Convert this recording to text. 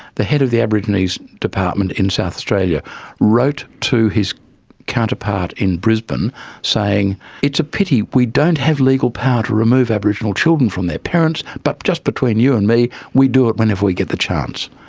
the head of the aborigines department in south australia wrote to his counterpart in brisbane saying it's a pity we don't have legal power to remove aboriginal children from their parents, but just between you and me we do it whenever we get the chance.